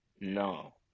No